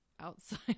outside